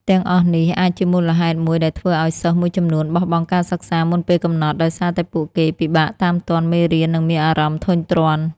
ទាំងអស់នេះអាចជាមូលហេតុមួយដែលធ្វើឱ្យសិស្សមួយចំនួនបោះបង់ការសិក្សាមុនពេលកំណត់ ដោយសារតែពួកគេពិបាកតាមទាន់មេរៀននិងមានអារម្មណ៍ធុញទ្រាន់។